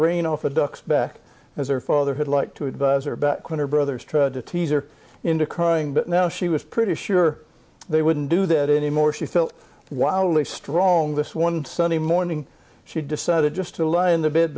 rain off a duck's back as her father had liked to advise her back when her brothers tried to tease or into crying but now she was pretty sure they wouldn't do that any more she felt wildly strong this one sunday morning she decided just to lie in the bed